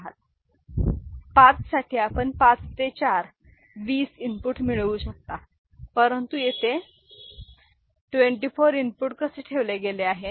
5 साठी आपण 5 ते 4 20 इनपुट मिळवू शकता परंतु तेथे 24 इनपुट कसे ठेवले गेले आहेत